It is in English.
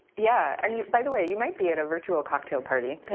yeah and by the way, you might be at a virtual cocktail party.